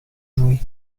jouer